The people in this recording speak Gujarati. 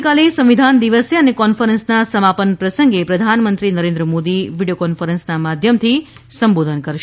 આવતીકાલે સંવિધાન દિવસે અને કોન્ફરન્સના સમાપન પ્રસંગે પ્રધાનમંત્રી શ્રી નરેન્દ્ર મોદી વિડિયો કોન્ફરન્સના માધ્યમથી સંબોધન કરશે